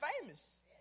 famous